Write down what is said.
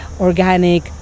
organic